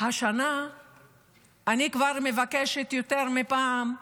השנה אני כבר מבקשת יותר מפעם,